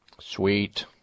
Sweet